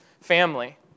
family